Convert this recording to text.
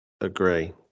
Agree